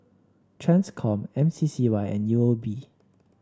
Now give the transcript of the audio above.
Transcom M C C Y and U O B